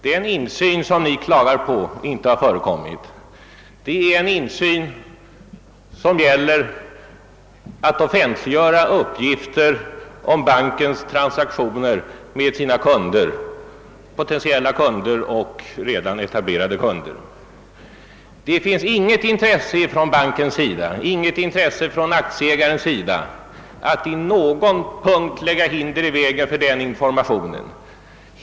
Den insyn som ni klagat på inte har förekommit är en insyn som gäller att uppgifter om bankens transaktioner med sina potentiella eller redan etablerade kunder skulle offentliggöras. Det finns inget intresse från bankens sida eller från aktieägarnas sida att på någon punkt lägga hinder i vägen för den informationen.